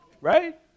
Right